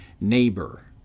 neighbor